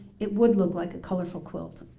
it would look like a colorful quilt.